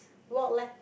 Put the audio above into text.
walk leh